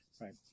right